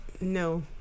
No